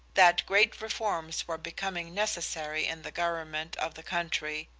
that great reforms were becoming necessary in the government of the country,